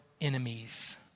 enemies